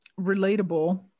Relatable